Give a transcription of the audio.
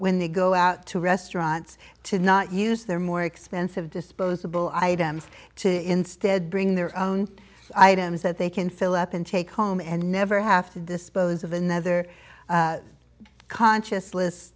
when they go out to restaurants to not use their more expensive disposable i'd m's to instead bring their own items that they can fill up and take home and never have to dispose of another conscious list